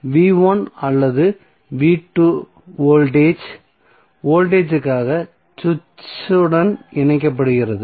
அல்லது வோல்டேஜ் வோல்ட்டேஜ்க்காக சுவிட்ச் உடன் இணைக்கப்பட்டுள்ளது